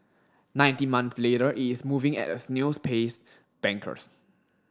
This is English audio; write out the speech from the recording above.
nineteen months later it's moving at a snail's pace bankers